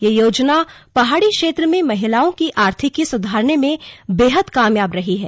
ये योजना पहाड़ी क्षेत्र में महिलाओं की आर्थिकी सुधारने में बेहद कामयाब रही है